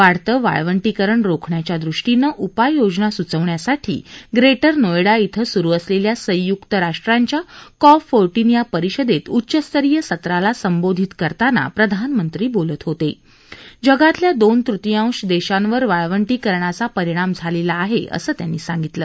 वाढतं वाळवंटीकरण रोखण्याच्या दृष्टीनं उपाययोजना सुचवण्यासाठी ग्रॅप्ति नोएडा अं सुरु असलख्या संयुक्त राष्ट्रांच्या कॉप फोर्टिन या परिषदत्त उच्चस्तरीय सत्राला संबोधित करताना प्रधानमंत्री बोलत होता अगातल्या दोन तृतीयांश दधीवर वाळवंटीकरणाचा परिणाम झालली आहअिसं त्यांनी सांगितलं